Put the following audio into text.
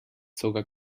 sogar